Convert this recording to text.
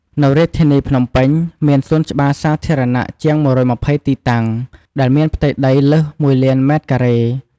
នៅរាជធានីភ្នំពេញ មានសួនច្បារសាធារណៈជាង ១២០ ទីតាំង ដែលមានផ្ទៃដីលើស ១លានម៉ែត្រការ៉េ។